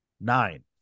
Nine